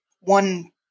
one